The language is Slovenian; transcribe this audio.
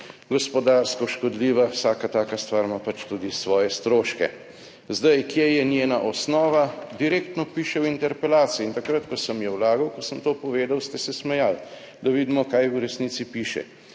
gospodarsko škodljiva. Vsaka taka stvar ima tudi svoje stroške. Zdaj, kje je njena osnova? Direktno piše v interpelaciji in takrat, ko sem jo vlagal, ko sem to povedal, ste se smejali. Da vidimo kaj v resnici piše.